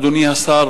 אדוני השר,